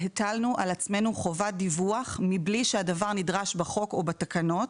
הטלנו על עצמנו חובת דיווח מבלי שהדבר נדרש בחוק או בתקנות,